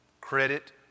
credit